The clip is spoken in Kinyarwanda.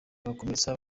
bagakomeza